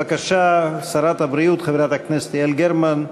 בבקשה, שרת הבריאות, חברת הכנסת יעל גרמן,